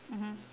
mmhmm